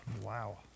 Wow